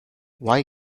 why